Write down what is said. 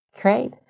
Great